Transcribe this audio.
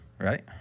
right